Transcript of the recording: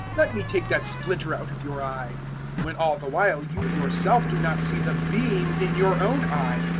let me take that splinter out of your eye when all the while you yourself do not see the beam in your own eye?